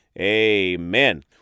amen